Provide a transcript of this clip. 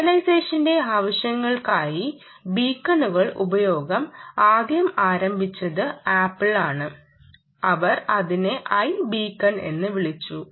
ലോക്കലൈസേഷന്റെ ആവശ്യങ്ങൾക്കായി ബീക്കണുകളുടെ ഉപയോഗം ആദ്യം ആരംഭിച്ചത് ആപ്പിൾ ആണ് അവർ അതിനെ i ബീക്കൺ എന്ന് വിളിച്ചു